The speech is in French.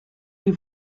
les